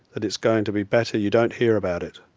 that it's going to be better you don't hear about it.